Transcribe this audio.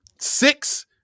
six